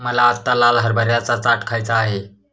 मला आत्ता लाल हरभऱ्याचा चाट खायचा आहे